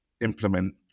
implement